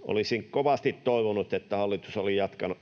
Olisin kovasti toivonut, että hallitus olisi